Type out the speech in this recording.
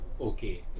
Okay